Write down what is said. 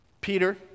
Peter